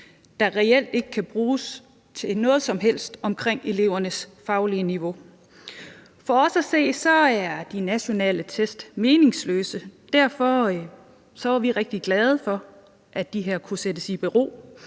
der reelt ikke kan bruges til noget som helst omkring elevernes faglige niveau. For os at se er de nationale test meningsløse. Derfor var vi rigtig glade for, at de her kunne sættes i bero,